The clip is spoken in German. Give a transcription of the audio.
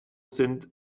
sind